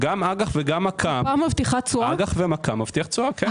אג"ח ומק"מ מבטיח תשואה, כן.